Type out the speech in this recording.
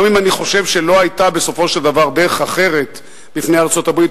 גם אם אני חושב שלא היתה בסופו של דבר דרך אחרת בפני ארצות-הברית,